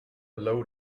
load